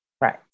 Right